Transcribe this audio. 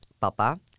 papa